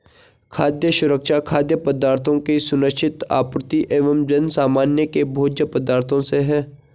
खाद्य सुरक्षा खाद्य पदार्थों की सुनिश्चित आपूर्ति एवं जनसामान्य के भोज्य पदार्थों से है